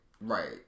Right